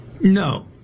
no